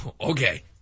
Okay